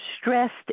stressed